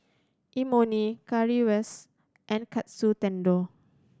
Imoni Currywurst and Katsu Tendon